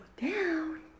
down